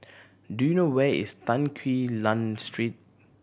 do you know where is Tan Quee Lan Street